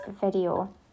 video